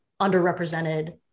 underrepresented